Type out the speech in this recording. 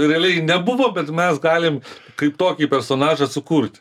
realiai nebuvo bet mes galim kaip tokį personažą sukurt